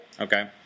Okay